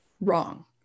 Wrong